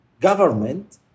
government